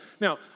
Now